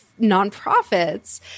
nonprofits